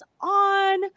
on